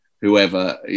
whoever